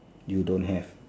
you don't have